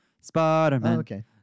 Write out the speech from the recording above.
Spider-Man